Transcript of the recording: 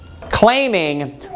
claiming